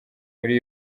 muri